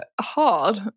hard